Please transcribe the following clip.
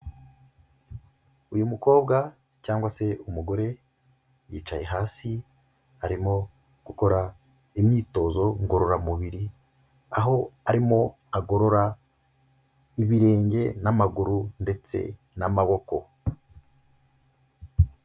Uyu mukobwa cyangwa se umugore yicaye hasi, arimo gukora imyitozo ngororamubiri, aho arimo agorora ibirenge n'amaguru ndetse n'amaboko.